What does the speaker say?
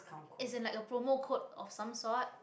as in like a promo code or some sort